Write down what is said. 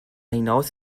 hinaus